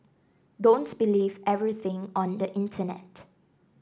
don't believe everything on the Internet